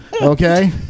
Okay